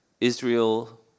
Israel